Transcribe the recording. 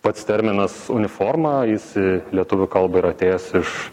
pats terminas uniforma jis į lietuvių kalbą yra atėjęs iš